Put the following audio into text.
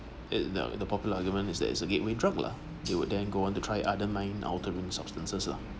it the the popular argument is that it's a gateway drug lah they would then go on to try other mind altering substances lah